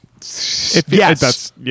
yes